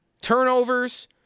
Turnovers